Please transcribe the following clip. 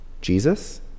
Jesus